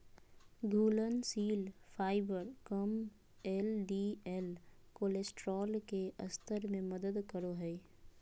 घुलनशील फाइबर कम LDL cholesterol के स्तर में मदद करो हइ